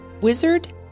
Wizard